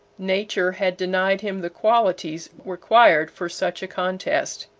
nature had denied him the qualities required for such a contest.